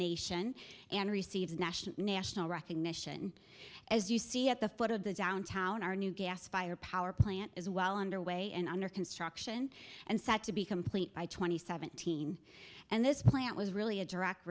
nation and receives national national recognition as you see at the foot of the downtown our new gas fire power plant is well underway and under construction and set to be complete by two thousand and seventeen and this plant was really a direct